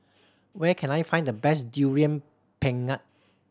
where can I find the best Durian Pengat